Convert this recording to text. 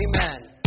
Amen